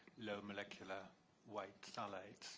low molecular white phthalates